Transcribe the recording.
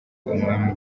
umwami